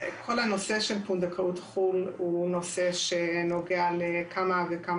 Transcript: כל הנושא של פונדקאות חו"ל הוא נושא שנוגע לכמה וכמה